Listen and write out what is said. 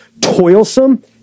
toilsome